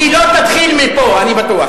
היא לא תתחיל מפה, אני בטוח.